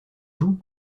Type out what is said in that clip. joue